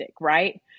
right